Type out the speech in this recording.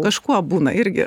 kažkuo būna irgi